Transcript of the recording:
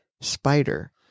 spider